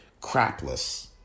crapless